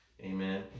Amen